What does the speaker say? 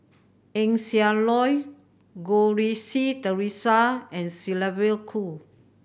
Eng Siak Loy Goh Rui Si Theresa and Sylvia Kho